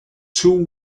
two